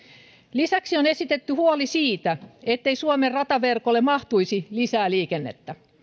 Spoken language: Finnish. lisäksi on esitetty huoli siitä ettei suomen rataverkolle mahtuisi lisää liikennettä